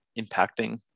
impacting